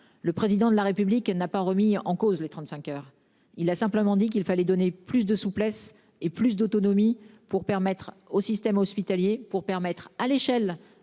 Le président de la République n'a pas remis en cause les 35 heures. Il a simplement dit qu'il fallait donner plus de souplesse et plus d'autonomie pour permettre au système hospitalier pour permettre à l'échelle